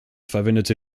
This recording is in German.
verwendete